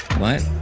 what?